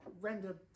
render